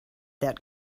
that